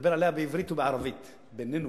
לדבר עליה בעברית ובערבית בינינו,